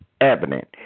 evident